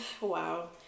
wow